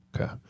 Okay